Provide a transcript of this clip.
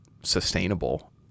sustainable